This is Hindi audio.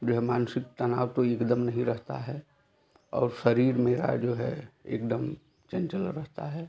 जो है मानसिक तनाव तो एकदम नहीं रहता है और शरीर मेरा जो है एकदम चंचल रहता है